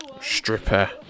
stripper